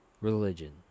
religion